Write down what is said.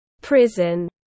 prison